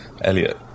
Elliot